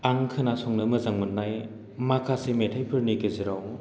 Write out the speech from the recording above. आं खोनासंनो मोजां मोन्नाय माखासे मेथायफोरनि गेजेराव